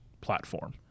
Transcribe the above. platform